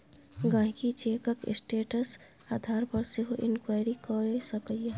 गांहिकी चैकक स्टेटस आधार पर सेहो इंक्वायरी कए सकैए